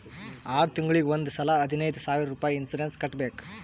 R ತಿಂಗುಳಿಗ್ ಒಂದ್ ಸಲಾ ಹದಿನೈದ್ ಸಾವಿರ್ ರುಪಾಯಿ ಇನ್ಸೂರೆನ್ಸ್ ಕಟ್ಬೇಕ್